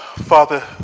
Father